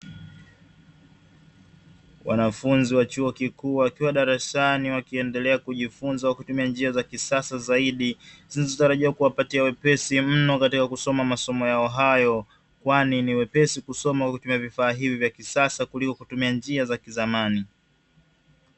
Wanafunzi wa chuo kikuu wakiwa darasani, wakiendelea kujifunza kwa kutumia njia za kisasa zaidi, zilizotarajiwa kuwapatia wepesi mno, katika kusoma masomo yao hayo, kwani ni wepesi kusoma kwa kutumia vifaa hivi vya kisasa kuliko kutumia njia za kizamani.